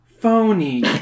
Phony